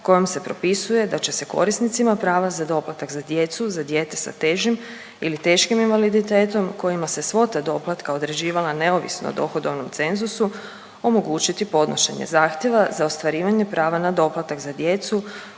kojom se propisuje da će se korisnicima prava za doplatak za djecu, za dijete sa težim ili teškim invaliditetom kojima se svota doplatka određivala neovisno o dohodovnom cenzusu omogućiti podnošenje zahtjeva za ostvarivanje prava na doplatak za djecu